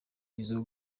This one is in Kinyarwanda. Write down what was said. izo